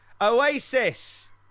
Oasis